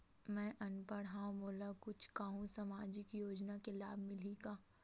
मैं अनपढ़ हाव मोला कुछ कहूं सामाजिक योजना के लाभ मिलही का?